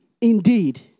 indeed